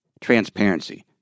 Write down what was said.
transparency